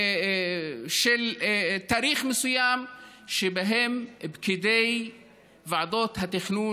של תאריך מסוים שבו פקידי ועדות התכנון